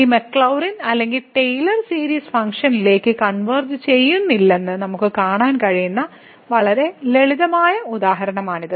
ഈ മക്ലൌറിൻ അല്ലെങ്കിൽ ടെയ്ലർ സീരീസുകൾ ഫംഗ്ഷനിലേക്ക് കൺവെർജ് ചെയ്യുന്നില്ലെന്ന് നമുക്ക് കാണാൻ കഴിയുന്ന വളരെ ലളിതമായ ഉദാഹരണമാണ് ഇത്